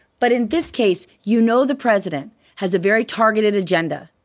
but in this case, you know the president has a very targeted agenda.